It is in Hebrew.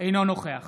נוכח